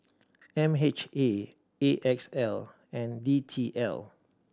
M H A A X L and D T L